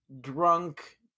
drunk